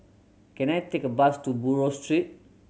can I take a bus to Buroh Street